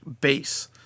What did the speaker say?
base